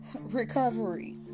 Recovery